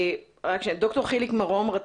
ד"ר חיליק מרום,